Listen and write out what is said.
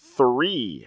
three